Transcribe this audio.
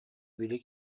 били